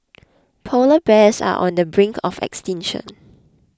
Polar Bears are on the brink of extinction